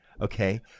Okay